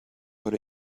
but